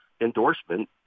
endorsement